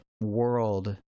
world